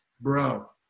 bro